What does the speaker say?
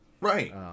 Right